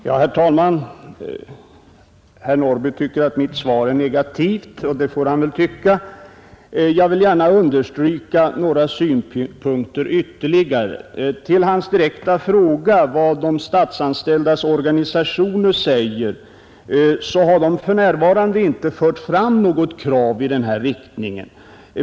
Herr talman! Herr Norrby i Åkersberga tycker att mitt svar är Om flexibel arbetstid för statsanställda negativt, och det får han väl tycka. Jag vill gärna understryka några synpunkter ytterligare. På herr Norrbys direkta fråga om vad de statsanställdas organisationer säger kan jag svara, att de för närvarande inte fört fram något krav i den här riktningen.